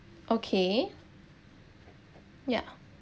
okay ya